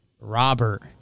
Robert